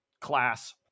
class